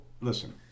listen